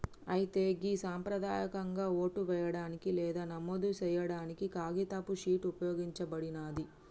అయితే గి సంప్రదాయకంగా ఓటు వేయడానికి లేదా నమోదు సేయాడానికి కాగితపు షీట్ ఉపయోగించబడినాది